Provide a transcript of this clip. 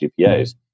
GPAs